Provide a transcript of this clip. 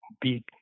big